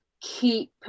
keep